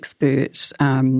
expert